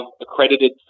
accredited